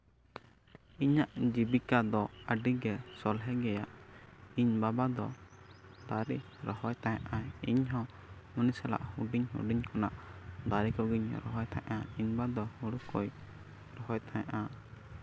ᱤᱧᱟᱹᱜ ᱡᱤᱵᱤᱠᱟ ᱫᱚ ᱟᱹᱰᱤᱜᱮ ᱥᱚᱦᱞᱮ ᱜᱮᱭᱟ ᱤᱧ ᱵᱟᱵᱟ ᱫᱚ ᱫᱟᱨᱮ ᱨᱚᱦᱚᱭ ᱛᱟᱦᱮᱸ ᱱᱟᱭ ᱤᱧ ᱦᱚᱸ ᱦᱩᱰᱤᱧ ᱦᱩᱰᱤᱧ ᱠᱷᱚᱱᱟᱜ ᱫᱟᱨᱮ ᱠᱚᱜᱮᱵᱚᱱ ᱨᱚᱦᱚᱭ ᱛᱟᱦᱮᱸᱜ ᱤᱧᱵᱟ ᱫᱚ ᱦᱳᱲᱳ ᱠᱚᱭ ᱨᱚᱦᱚᱭ ᱛᱟᱦᱮᱱᱟ